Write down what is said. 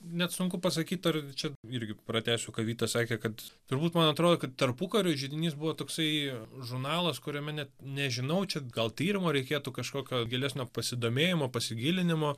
net sunku pasakyt ar čia irgi pratęsiu ką vytas sakė kad turbūt man atrodo kad tarpukariu židinys buvo toksai žurnalas kuriame net nežinau čia gal tyrimo reikėtų kažkokio gilesnio pasidomėjimo pasigilinimo